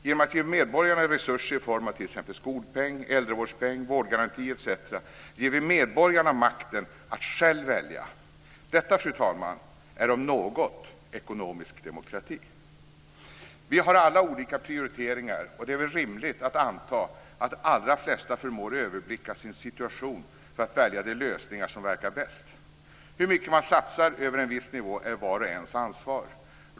Genom att ge medborgarna resurser i form av t.ex. skolpeng, äldrevårdspeng, vårdgaranti etc. ger vi medborgarna makten att själva välja. Detta, fru talman, är om något ekonomisk demokrati. Vi har alla olika prioriteringar, och det är väl rimligt att anta att de allra flesta förmår överblicka sin situation för att välja de lösningar som verkar bäst. Hur mycket man satsar över en viss nivå är vars och ens ansvar.